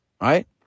right